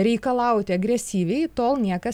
reikalauti agresyviai tol niekas